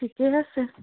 ঠিকে আছে